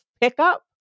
pickup